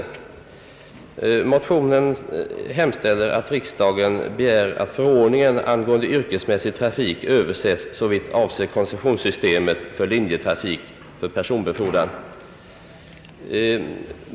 I motionen hemställes att riksdagen i skrivelse till Kungl. Maj:t begär att förordningen angående yrkesmässig trafik överses såvitt avser koncessionssystemet för linjetrafik för personbefordran.